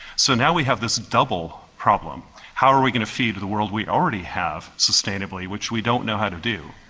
so now we have this double problem how are we going to feed the world we already have sustainably, which we don't know how to do,